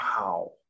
Wow